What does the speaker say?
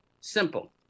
Simple